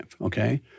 okay